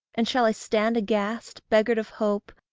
and shall i stand aghast, beggared of hope,